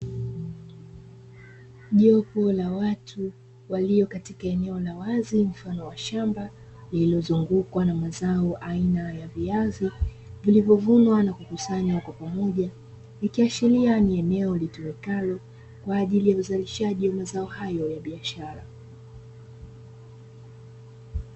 Jopo la watu waliokatika eneo la wazi mfano wa shamba, lililozungukwa na mazao aina ya viazi vilivyovunwa na kukusanywa kwa pamoja, ikiashiria ni eneo litumikalo kwa ajili ya uzalishaji wa mazao hayo ya biashara.